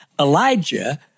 Elijah